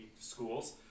schools